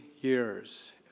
years